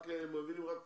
הם מבינים רק כוח.